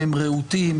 הם רהוטים,